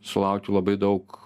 sulaukiu labai daug